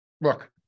look